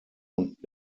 und